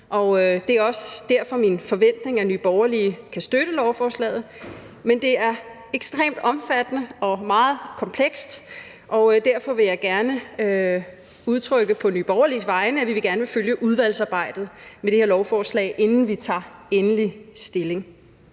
det er derfor også min forventning, at Nye Borgerlige kan støtte lovforslaget, men det er ekstremt omfattende og meget komplekst, og derfor vil jeg gerne på Nye Borgerliges vegne udtrykke, at vi gerne vil følge udvalgsarbejdet med det her lovforslag, inden vi tager endelig stilling.